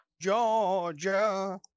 Georgia